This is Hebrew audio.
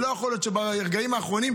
זה לא יכול להיות שברגעים האחרונים,